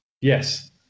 Yes